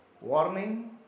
Warning